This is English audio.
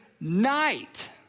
night